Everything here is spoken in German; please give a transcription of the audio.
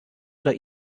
oder